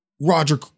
Roger